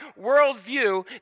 worldview